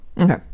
Okay